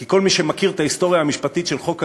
כי כל מי שמכיר את ההיסטוריה המשפטית של חוק הגיוס,